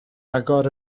agor